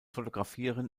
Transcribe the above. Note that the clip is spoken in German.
fotografieren